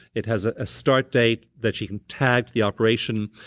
it has a ah start date that she can tag, the operation,